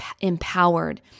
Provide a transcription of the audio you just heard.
empowered